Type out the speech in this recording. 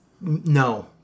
No